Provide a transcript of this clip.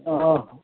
अँ